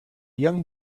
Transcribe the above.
young